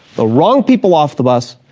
the wrong people off the bus,